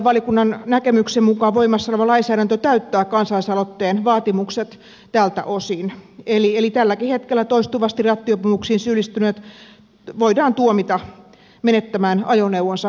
valiokunnan näkemyksen mukaan voimassa oleva lainsäädäntö täyttää kansalaisaloitteen vaatimukset tältä osin eli tälläkin hetkellä toistuvasti rattijuopumuksiin syyllistyneet voidaan tuomita menettämään ajoneuvonsa valtiolle